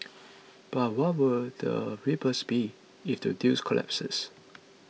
but what would the ripples be if the deal collapses